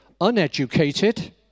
uneducated